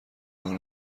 راه